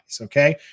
okay